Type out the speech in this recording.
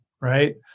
right